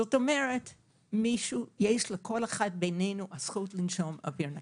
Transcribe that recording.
זאת אומרת שיש לכל אחד מאתנו את הזכות לנשום אוויר נקי.